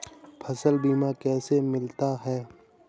फसल बीमा कैसे मिलता है?